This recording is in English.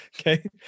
Okay